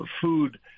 food